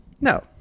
No